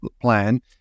plan